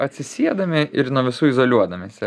atsisiedami ir nuo visų izoliuodamiesi